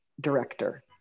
director